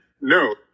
no